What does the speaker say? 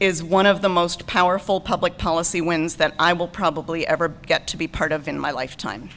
is one of the most powerful public policy wins that i will probably ever get to be part of in my lifetime